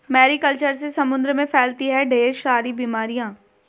Mary culture से समुद्र में फैलती है ढेर सारी बीमारियां